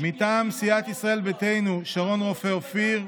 מטעם סיעת ישראל ביתנו שרון רופא אופיר.